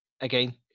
Again